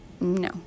No